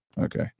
Okay